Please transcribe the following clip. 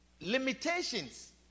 limitations